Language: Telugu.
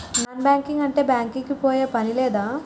నాన్ బ్యాంకింగ్ అంటే బ్యాంక్ కి పోయే పని లేదా?